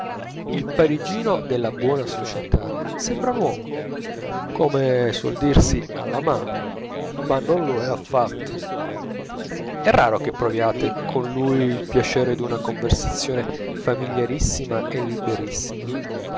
il parigino della buona società sembra un uomo come suol dirsi alla mano ma non lo è affatto è raro che proviate con lui il piacere d'una conversazione famigliarissima e liberissima